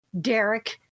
Derek